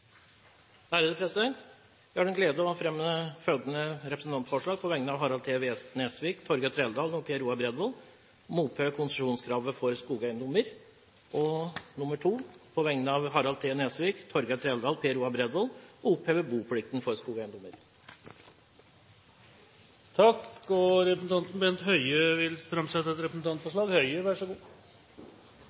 Jeg har den glede å fremme et representantforslag på vegne av Harald T. Nesvik, Torgeir Trældal og meg selv om å oppheve konsesjonskravet for skogeiendommer. Så vil jeg på vegne av Harald T. Nesvik, Torgeir Trældal og meg selv fremme et forslag om å oppheve boplikt for skogeiendommer. Representanten Bent Høie vil framsette et representantforslag.